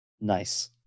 Nice